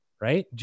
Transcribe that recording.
Right